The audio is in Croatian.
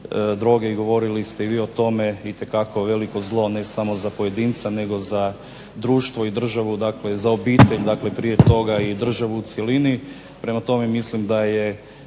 govorili ste i vi o tome, itekako veliko zlo ne samo za pojedinca nego za društvo i državu, dakle za obitelj prije toga i državu u cjelini. Prema tome, mislim da je